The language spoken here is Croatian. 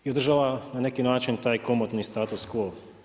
I održava na neki način taj komotni status quo.